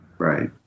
Right